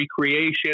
recreation